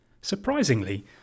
Surprisingly